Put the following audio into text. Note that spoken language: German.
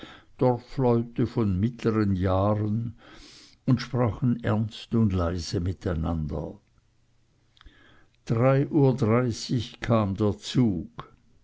dorfleute von mittleren jahren und sprachen ernst und leise miteinander drei uhr dreißig kam der zug